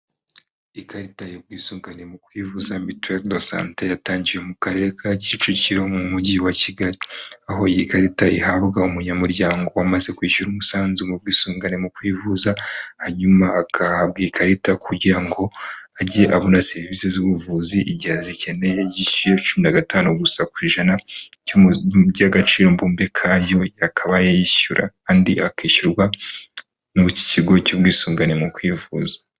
Ikarita y'ubwisungane mu kwivuza, Mituelle de Santé, yatangiwe mu Karere ka Kicukiro, mu Mujyi wa Kigali. aho iyi karita ihabwa umunyamuryango wamaze kwishyura umusanzu mu bwisungane mu kwivuza, hanyuma agahabwa ikarita kugira ngo ajye abona serivisi z'ubuvuzi igihe azikeneye. Yishyura cumi na gatanu gusa ku ijana by'agaciro mbumbe kayo yakabaye yayishyura, andi akishyurwa n'Ikigo cy'Ubwisungane mu Kwivuza.